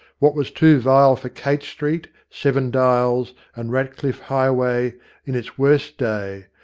what was too vile for kate street, seven dials, and ratclifif highway in its worst day,